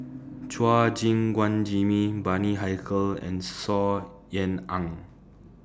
Chua Gim Guan Jimmy Bani Haykal and Saw Ean Ang